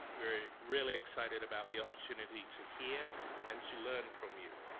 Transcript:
we're really excited about the opportunity to hear and to learn from you.